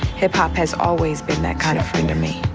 hip-hop has always been that kind of friend to me.